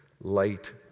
light